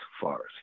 forest